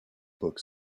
book